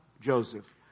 Joseph